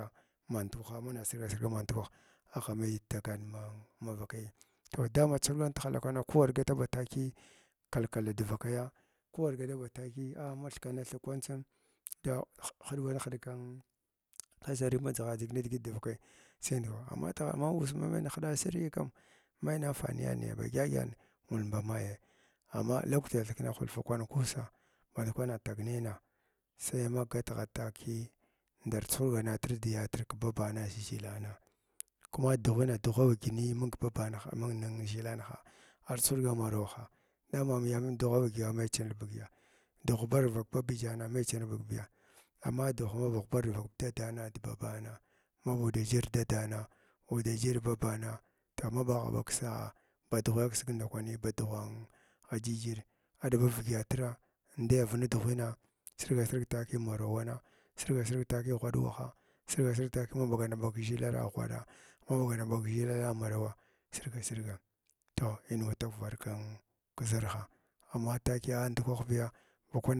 Ma nukwaha mana sirga sirga ma ndukwah amai tahana ma mavakaiyi toh daman chuhurga ma tihala kwana mamar gataba takiyi kalkal baɗa vakaya kowar galaba tukiya a mathikna thig kwan tsin da da hɗgwant hiɗig ka asariya ma dʒighar dʒig nidigit dvakai sai ndukwah a amma uss ha mai dhaɗa asiriyi kam mai manfaniyani ba dyədyən ngulum ba hayi amma lakwtu athikna hwlfa kwannan kussa band kwana fag nayna sai ma ghatgha takiy ndar chuhurganatr da yaatra kbabana dʒhiilana kuma dughuni dughwa uhgyəgni mung babanhaa mung zhikn ha ar chuhurga maraw ha na mam yaamiya dughwa wadyəga mai chingalbigiya dugh ghubar vak babijana mai chingalbugya amma dugh ma ba ghubarga vak dadana da babana ma uda jir dadana uda jir babana toh ma ɓagha bag ka sa’a ba chughi akisgni ndakwani ba dughwa an jijira aɗaba vyədyətra ndayar nudughuna sirga sirg tauiy marawa wana sirga sirg takiya ghwaɗ waha sirga sirga takiya ma ɓagana ɓag kʒhikna ghraɗa ma blaganara ɓag ʒhilara marawa sirga sirga toh, in wa tagbar kin kʒarhas amma takiya ndukwahbiya ma kwan.